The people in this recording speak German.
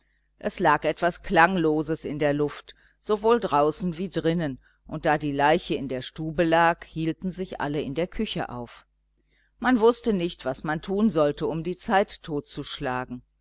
es lag etwas klangloses in der luft sowohl draußen wie drinnen und da die leiche in der stube lag hielten sich alle in der küche auf man wußte nicht was man tun sollte um die zeit totzuschlagen